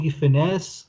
finesse